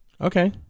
okay